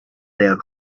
their